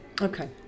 Okay